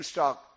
Stock